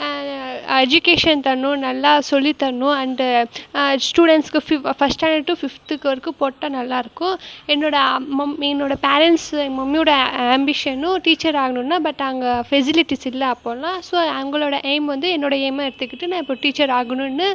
education தரணும் நல்லா சொல்லித் தரணும் அண்டு ஸ்டூடெண்ட்ஸ்க்கு ஃபிப் ஃபஸ்ட் ஸ்டாண்டர்ட் டு ஃபிஃப்த்துக்கு வரைக்கும் போட்டால் நல்லாயிருக்கும் என்னோடய மம் என்னோடய பேரண்ட்ஸு எங்கள் மம்மியோடய ஆம்பிஷனும் டீச்சர் ஆகணுன்னு தான் பட் அங்கே ஃபெசிலிட்டிஸ் இல்லை அப்போலாம் ஸோ அவங்களோட எய்ம் வந்து என்னோடய எய்மாக எடுத்துக்கிட்டு நான் இப்போது டீச்சர் ஆகணுன்னு